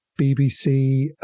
BBC